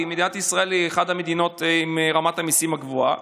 כי מדינת ישראל היא אחת המדינות עם רמת המיסים הגבוהה,